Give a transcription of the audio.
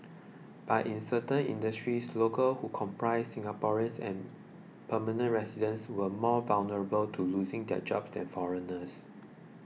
but in certain industries locals who comprise Singaporeans and permanent residents were more vulnerable to losing their jobs than foreigners